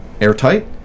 airtight